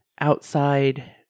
outside